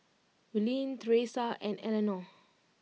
Willene Thresa and Eleonore